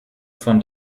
von